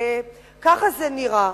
וככה זה נראה.